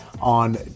On